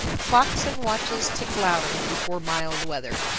clocks and watches tick louder before mild weather.